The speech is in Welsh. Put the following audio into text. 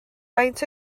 faint